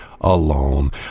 alone